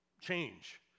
change